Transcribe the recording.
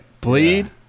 bleed